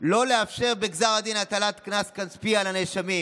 לא לאפשר בגזר הדין הטלת קנס כספי על הנאשמים,